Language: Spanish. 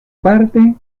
parte